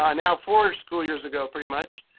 ah now four school years ago, pretty much,